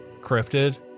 cryptid